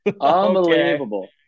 unbelievable